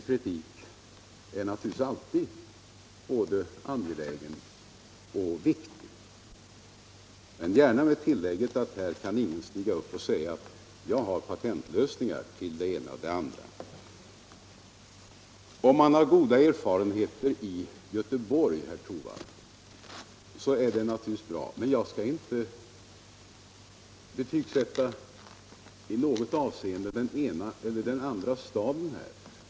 Kritik är naturligtvis både angelägen och viktig — men gärna med tillägget att här kan ingen stiga upp och säga: ”Jag har patentlösningar till det ena och det andra.” Om man har goda erfarenheter i Göteborg, är det naturligtvis bra, men jag skall inte betygssätta vare sig den ena eller den andra kommunen här.